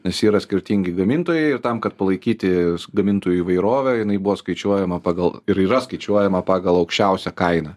nes yra skirtingi gamintojai ir tam kad palaikyti gamintojų įvairovę jinai buvo skaičiuojama pagal ir yra skaičiuojama pagal aukščiausią kainą